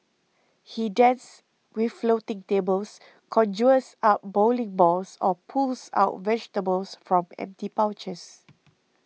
he dances with floating tables conjures up bowling balls or pulls out vegetables from empty pouches